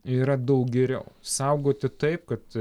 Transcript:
yra daug geriau saugoti taip kad